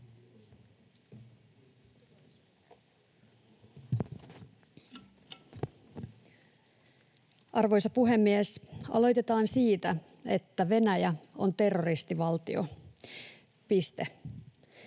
Arvoisa puhemies! Aloitetaan siitä, että Venäjä on terroristivaltio — piste.